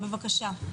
בבקשה.